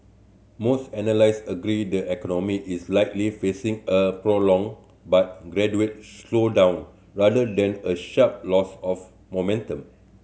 most analysts agree the economy is likely facing a prolonged but gradual slowdown rather than a sharp loss of momentum